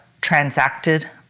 transacted